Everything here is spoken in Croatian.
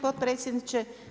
potpredsjedniče.